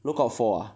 look out for ah